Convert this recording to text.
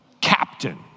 captain